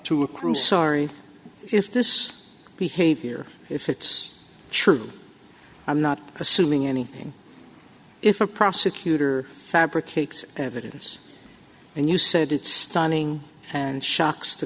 to accrue sorry if this behavior if it's true i'm not assuming anything if a prosecutor fabricates evidence and you said it's stunning and shocks the